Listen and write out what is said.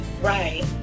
right